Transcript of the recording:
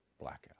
blackout